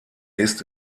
ist